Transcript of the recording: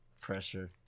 Pressure